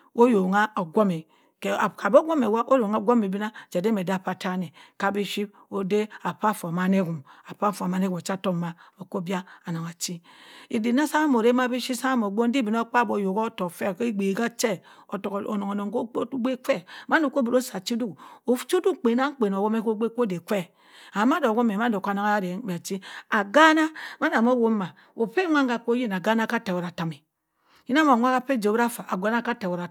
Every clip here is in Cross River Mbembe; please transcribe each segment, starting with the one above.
. Oyongha ogwumi keh kah oboh okwumi hoh oronghe okwumi bina che edemocho akpa atan kah bi ship odeh apah fa emani ehum pah fa emani chan ho ocha-tokk mah oku obia aneng achi idok na sah noh orema ship sah moh ogbon chi obinokpabi oyok otokk feh heh egbagha che otokk onong onong ma ogbe kwe mma noboro ukwu usi ache duk, ochiduk nwu penang kpen owemeh ogbe kwo asi achi duk ochiduk kpenang kpen owumeh hoh ogbe kwe mando owemme mando anung areng beɧ chi agana mana ohum ma ophia nwam hoh oyina agana ataweratami inah ho nwa apeh job ohiri affa agani kwateweretami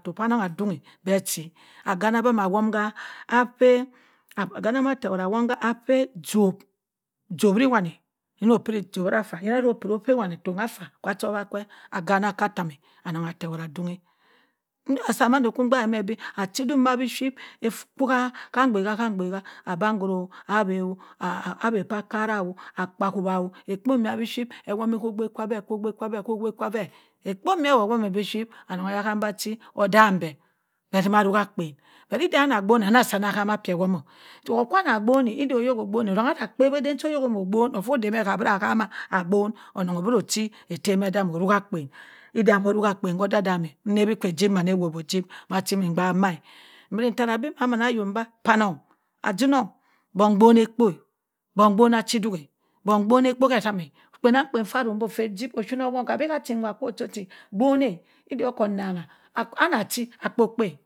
inah huh nwa apeh job wura nffa agana atatowuran tono beh chi agana bom ma won atoweran to werin womnee beh echi agaza beh ma awomm hah affeh agana ma atanhara awon gha ha peh job ohiri etu ode nffa mah openha oteh voni teranfa kwa cho awa kwe akana ha atammi anung atewara adunhi ndi asa mandu a mgbaat beh achi aduk beh piship ekwu ha ngbeha ngbeha abangoro, awe awe, pah akara akpo howa ekpo baɧ biship ewomi ho ogbe kwabeh chi odambe beh tima rogha akpen beh di-ita nah kpon beh ma obeh chomon togha kwa hagbon nde oyok ogboni taghe nah ogbone sonha nah kpewo eden cho oyok mo ogbon sonha ha kpewe eden cho oyok moh ibon afo odey weh abara hama agbon ohung buro uchi etem meh edamm orugh a akpen edam urugha akpen ke idamme neweke eji maan chi maan gbaak mah mbiri ntona abeh ma mana yok beh epanong ajunung, buneh mgbne ekpo mgbon ngbona ayi duak beh gbunneh epo hetem kpenang fah rohngh buh fer ejip ofini owoh kwa abeh hachi gboneh ekpo mpeh